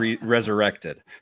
resurrected